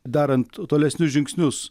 darant tolesnius žingsnius